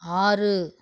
ஆறு